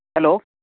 hello